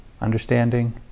understanding